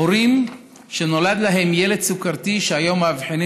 הורים שנולד להם ילד סוכרתי שהיום מאבחנים